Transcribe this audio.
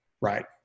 Right